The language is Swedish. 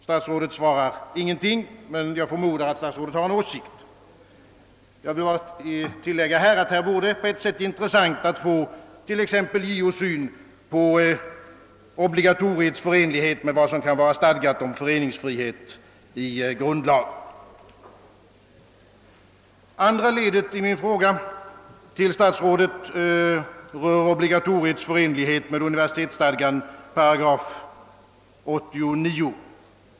Statsrådet svarar ingenting, men jag förmodar, att han har en åsikt. Jag vill tillägga att det vore intressant att höra t.ex. JO:s syn på obligatoriets förenlighet med vad som är stadgat om föreningsfrihet i grundlag. Andra ledet i min fråga rör obligatoriets förenlighet med universitetsstadgans 89 §.